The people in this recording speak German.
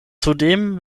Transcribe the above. zudem